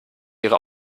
ihre